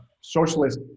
socialist